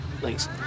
thanks